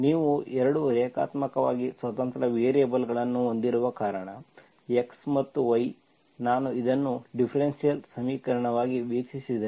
ನೀವು 2 ರೇಖಾತ್ಮಕವಾಗಿ ಸ್ವತಂತ್ರ ವೇರಿಯೇಬಲ್ಗಳನ್ನು ಹೊಂದಿರುವ ಕಾರಣ x ಮತ್ತು y ನಾನು ಇದನ್ನು ಡಿಫರೆನ್ಷಿಯಲ್ ಸಮೀಕರಣವಾಗಿ ವೀಕ್ಷಿಸಿದರೆ